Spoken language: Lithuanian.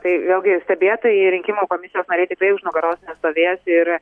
tai vėlgi stebėtojai rinkimų komisijos nariai tikrai už nugaros stovės ir